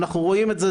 אנחנו רואים את זה,